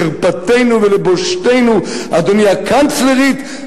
לחרפתנו ולבושתנו: גברתי הקנצלרית,